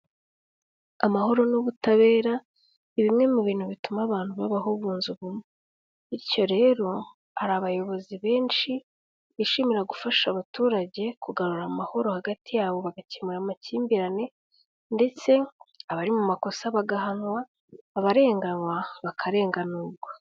Amahoro n'ubutabera, ni bimwe mu bintu bituma abantu babaho bunze ubumwe. Bityo rero hari abayobozi benshi bishimira gufasha abaturage kugarura amahoro hagati yabo bagakemura amakimbirane, ndetse abari mu makosa bagahanwa abarenganywa bakarenganurwa.